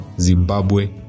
zimbabwe